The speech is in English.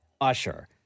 Usher